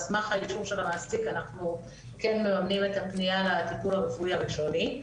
על סמך האישור של המעסיק אנחנו כן נותנים את הטיפול הרפואי הראשוני.